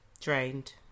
Drained